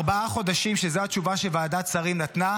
ארבעה חודשים, שזו התשובה שוועדת שרים נתנה,